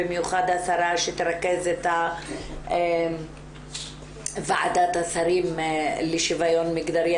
במיוחד השרה שתרכז את ועדת השרים לשוויון מגדרים,